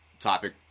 topic